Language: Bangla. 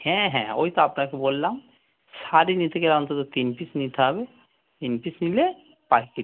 হ্যাঁ হ্যাঁ ওই তো আপনাকে বললাম শাড়ি নিতে গেলে অন্তত তিন পিস নিতে হবে তিন পিস নিলে পাইকারী